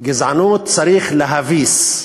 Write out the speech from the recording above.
גזענות צריך להביס,